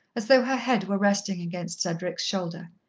as though her head were resting against cedric's shoulder.